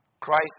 Christ